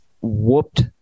whooped